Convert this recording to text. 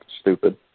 stupid